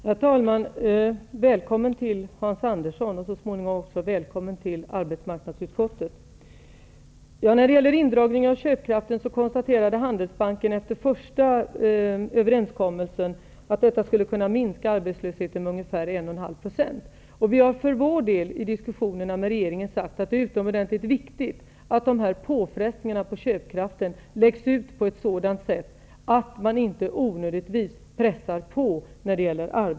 Herr talman! Hans Andersson! Välkommen till riksdagen och så småningom till arbetsmarknadsutskottet. När det gäller indragningen av köpkraften konstaterade Handelsbanken efter första överenskommelsen, att arbetslösheten skulle minska med 1,5 %. Vi har för vår del i diskussionerna med regeringen sagt att det är utomordentligt viktigt att påfrestningarna på köpkraften läggs ut på ett sådant sätt att man inte onödigtvis pressar på arbetslösheten.